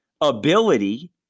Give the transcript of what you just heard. ability